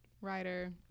writer